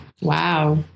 Wow